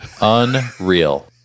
Unreal